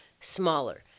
smaller